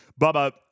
Bubba